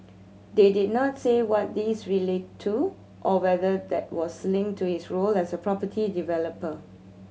they did not say what these related to or whether that was linked to his role as a property developer